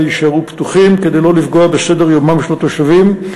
אלה יישארו פתוחים כדי שלא לפגוע בסדר-יומם של התושבים.